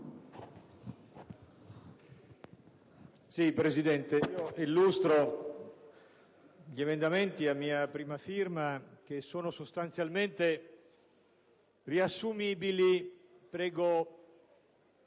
Presidente, illustro gli emendamenti a mia prima firma, che sono sostanzialmente riassumibili